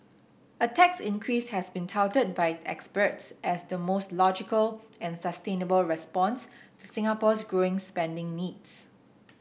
a tax increase has been touted by experts as the most logical and sustainable response to Singapore's growing spending needs